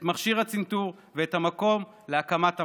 את מכשיר הצנתור ואת המקום להקמת המחלקה.